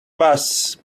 bus